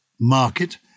Market